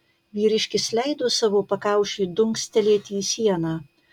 vyriškis leido savo pakaušiui dunkstelėti į sieną